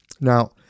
Now